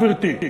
גברתי?